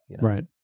Right